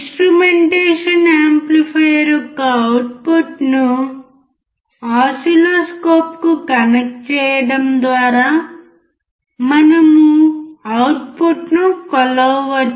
instrumentation amplifier యొక్క అవుట్పుట్ను ఓసిల్లోస్కోప్కు కనెక్ట్ చేయడం ద్వారా మనము అవుట్పుట్ను కొలవవచ్చు